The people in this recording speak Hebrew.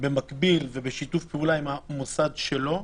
במקביל ובשיתוף פעולה עם המוסד שלו.